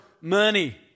money